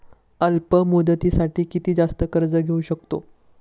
अल्प मुदतीसाठी किती जास्त कर्ज घेऊ शकतो?